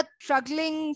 struggling